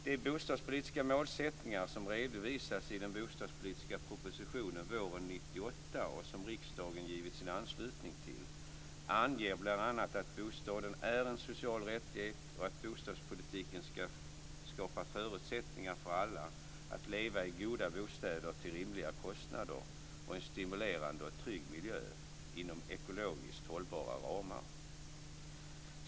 De bostadspolitiska målsättningar som redovisas i den bostadspolitiska propositionen våren 1998 och som riksdagen givit sin anslutning till anger bl.a. att bostaden är en social rättighet och att bostadspolitiken ska skapa förutsättningar för alla att leva i goda bostäder till rimliga kostnader och i en stimulerande och trygg miljö inom ekologiskt hållbara ramar.